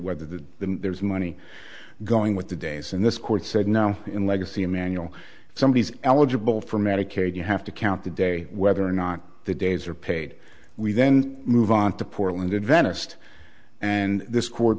whether the there's money going with the days and this court said no in legacy emanuel somebody is eligible for medicaid you have to count the day whether or not the days are paid we then move on to portland advantaged and this court